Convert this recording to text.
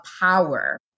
power